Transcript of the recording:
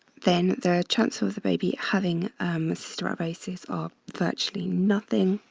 then the chance so of the baby having cystic fibrosis are virtually nothing